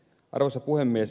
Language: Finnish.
arvoisa puhemies